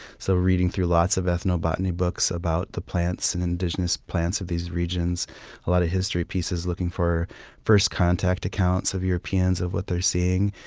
so reading through lots of ethnobotany books about the plants and indigenous plants of these regions. reading a lot of history pieces looking for first contact accounts of europeans, of what they're seeing.